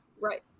right